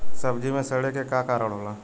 सब्जी में सड़े के का कारण होला?